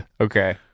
Okay